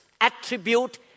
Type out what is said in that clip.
attribute